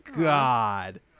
God